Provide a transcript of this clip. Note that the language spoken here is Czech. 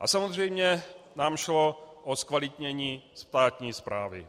A samozřejmě nám šlo o zkvalitnění státní správy.